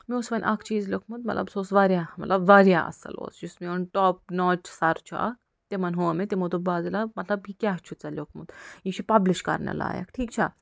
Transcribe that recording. مےٚ اوس وَنہِ اکھ چیٖز لیوٚکھمُت مطلب سُہ اوس وارِیاہ مطلب وارِیاہ اصٕل اوس یُس میون ٹاپ نوچھ سر چھُ اکھ تِمن ہُو مےٚ تِمو دوٚپ بازِلا مطلب یہِ کیٛاہ چھُتھ ژےٚ لیوٚکھمُت یہِ چھِ پبلِش کرنہِ لایق ٹھیٖک چھَا